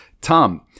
Tom